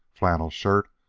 flannel shirt,